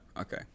okay